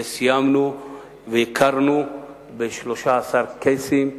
והכרנו ב-13 קייסים שהיו,